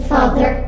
Father